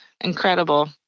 incredible